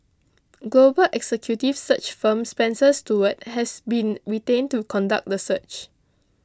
global executive search firm Spencer Stuart has been retained to conduct the search